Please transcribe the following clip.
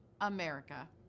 America